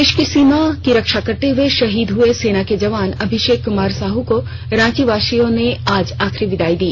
देश की सीमा की रक्षा करते हुए शहीद हुए सेना के जवान अभिषेक कुमार साहू को रांची वासियों ने आज आखिरी विदाई दी